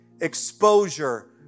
exposure